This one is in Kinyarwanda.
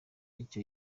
icyo